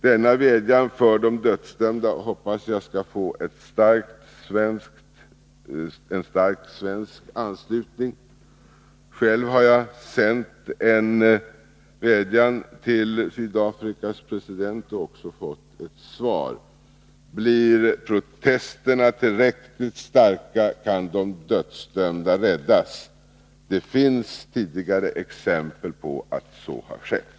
Denna vädjan för de dödsdömda hoppas jag skall få en stark svensk anslutning. Själv har jag sänt en vädjan till Sydafrikas president och också fått ett svar. Blir protesterna tillräckligt starka, kan de dödsdömda räddas. Det finns tidigare exempel på att så har skett.